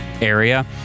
area